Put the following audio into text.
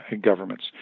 governments